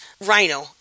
Rhino